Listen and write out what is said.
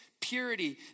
purity